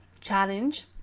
challenge